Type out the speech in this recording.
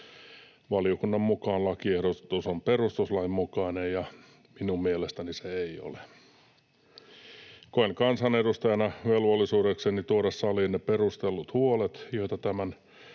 Valiokunnan mukaan lakiehdotus on perustuslain mukainen, ja minun mielestäni se ei ole. Koen kansanedustajana velvollisuudekseni tuoda saliin ne perustellut huolet, joita tämä